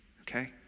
okay